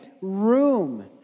room